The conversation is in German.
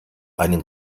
einen